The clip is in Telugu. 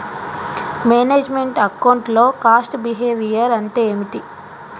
మేనేజ్ మెంట్ అకౌంట్ లో కాస్ట్ బిహేవియర్ అంటే ఏమిటి?